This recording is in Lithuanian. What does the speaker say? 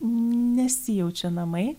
nesijaučia namai